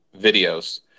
videos